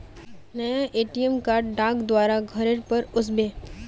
नया ATM card डाक द्वारा घरेर पर ओस बे